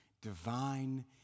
divine